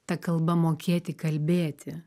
ta kalba mokėti kalbėti